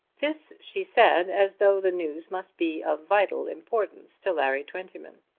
this she said as though the news must be of vital importance to larry twentyman.